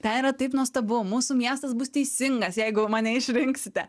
ten yra taip nuostabu mūsų miestas bus teisingas jeigu mane išrinksite